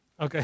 Okay